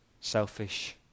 selfish